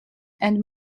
and